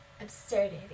absurdity